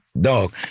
dog